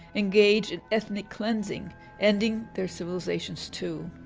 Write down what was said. engage in ethnic cleansing ending their civilizations too.